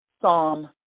Psalm